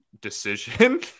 decision